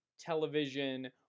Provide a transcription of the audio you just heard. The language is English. television